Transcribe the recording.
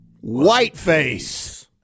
Whiteface